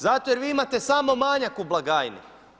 Zato jer vi imate samo manjak u blagajni.